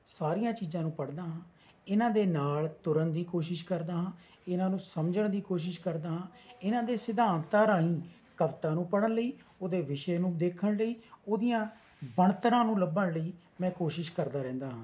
ਸਾਰੀਆਂ ਚੀਜ਼ਾਂ ਨੂੰ ਪੜ੍ਹਦਾ ਹਾਂ ਇਹਨਾਂ ਦੇ ਨਾਲ ਤੁਰਨ ਦੀ ਕੋਸ਼ਿਸ਼ ਕਰਦਾ ਹਾਂ ਇਹਨਾਂ ਨੂੰ ਸਮਝਣ ਦੀ ਕੋਸ਼ਿਸ਼ ਕਰਦਾ ਹਾਂ ਇਹਨਾਂ ਦੇ ਸਿਧਾਂਤਾਂ ਰਾਹੀਂ ਕਵਿਤਾ ਨੂੰ ਪੜ੍ਹਨ ਲਈ ਉਹਦੇ ਵਿਸ਼ੇ ਨੂੰ ਦੇਖਣ ਲਈ ਉਹਦੀਆਂ ਬਣਤਰਾਂ ਨੂੰ ਲੱਭਣ ਲਈ ਮੈਂ ਕੋਸ਼ਿਸ਼ ਕਰਦਾ ਰਹਿੰਦਾ ਹਾਂ